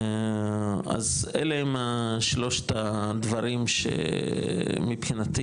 אז אלה הם שלושת הדברים שמבחינתי,